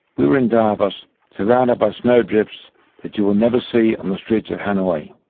we were in davos surrounded by snow drifts that you will never see on the streets of hanoi.